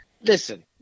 Listen